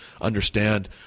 understand